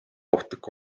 ohtlik